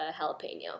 jalapeno